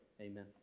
Amen